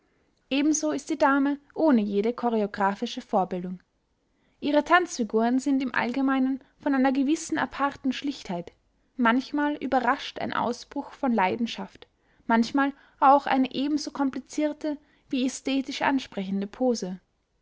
ebenso ist die dame ohne jede choreographische vorbildung ihre tanzfiguren sind im allgemeinen von einer gewissen aparten schlichtheit manchmal überrascht ein ausbruch von leidenschaft manchmal auch eine ebenso komplizierte wie ästhetisch ansprechende pose